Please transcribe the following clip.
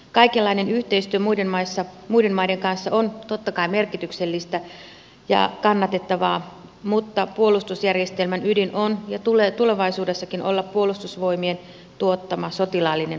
kaikenlainen yhteistyö muiden maiden kanssa on totta kai merkityksellistä ja kannatettavaa mutta puolustusjärjestelmän ydin on ja sen tulee tulevaisuudessakin olla puolustusvoimien tuottama sotilaallinen puolustuskyky